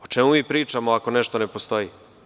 O čemu pričamo ako nešto ne postoji?